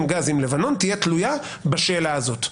גז עם לבנון תהיה תלויה בשאלה הזאת?